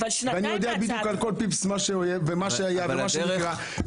ואני יודע על כל פיפס, ועל מה שהיה ומה שיהיה.